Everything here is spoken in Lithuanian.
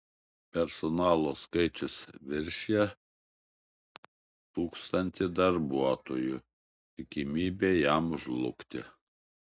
personalo skaičius viršija tūkstanti darbuotojų tikimybė jam žlugti